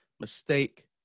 mistake